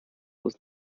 was